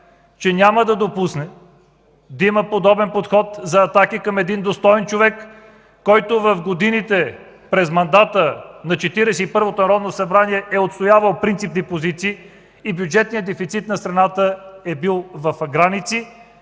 че няма да допусне да има подобен подход за атаки към един достоен човек, който в годините през мандата на Четиридесет и първото народно събрание е отстоявал принципни позиции и бюджетният дефицит на страната е бил в граници,